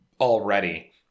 already